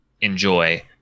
enjoy